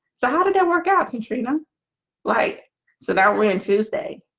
so how did that work out to treat them like so that when tuesday?